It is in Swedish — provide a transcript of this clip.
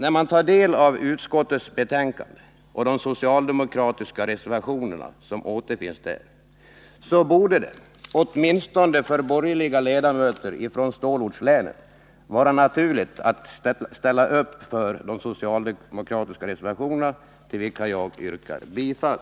När man tar del av utskottets betänkande och de socialdemokratiska reservationer som återfinns där så ter det sig naturligt att åtminstone de borgerliga ledamöterna från stålortslänen ställer upp för de socialdemokratiska reservationerna, till vilka jag yrkar bifall.